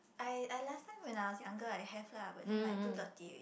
I I last time when I was younger I have lah but then like too dirty already